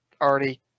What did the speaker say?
already